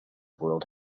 world